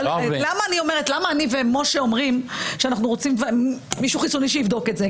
למה אני ומשה אומרים שאנחנו רוצים מישהו חיצוני שיבדוק את זה?